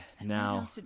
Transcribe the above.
now